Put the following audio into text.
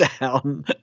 down